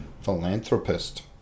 philanthropist